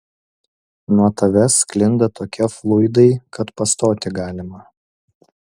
nuo tavęs sklinda tokie fluidai kad pastoti galima